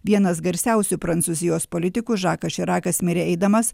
vienas garsiausių prancūzijos politikų žakas širakas mirė eidamas